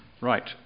right